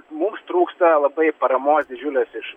mums trūksta labai paramos didžiulės iš